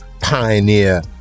pioneer